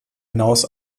hinaus